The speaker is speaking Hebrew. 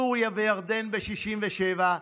סוריה וירדן ב-1967,